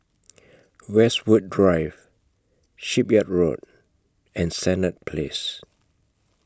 Westwood Drive Shipyard Road and Senett Place